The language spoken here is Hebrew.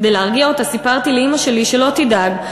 כדי להרגיע אותה סיפרתי לאימא שלי שלא תדאג,